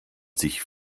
sich